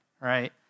right